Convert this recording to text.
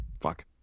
fuck